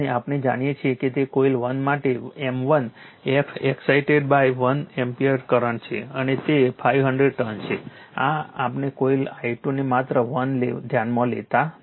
અને આપણે જાણીએ છીએ કે તે કોઇલ 1 માટે m1 F excited by 1 ampere current છે અને તે 500 ટર્ન્સ છે આપણે કોઇલ i2 ને માત્ર 1 ધ્યાનમાં લેતા નથી